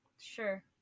sure